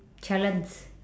challenge